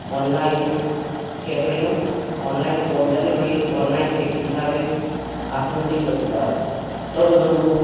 online catering online home delivery online taxi service ꯑꯁꯤꯅ ꯆꯤꯡꯕꯁꯤꯗ ꯇꯧꯕꯇꯕꯨ